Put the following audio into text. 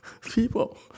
people